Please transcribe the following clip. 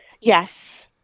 Yes